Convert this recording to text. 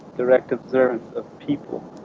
direct observance of people